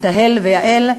תהל ויעל,